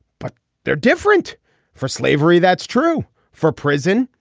but they're different for slavery that's true for prison.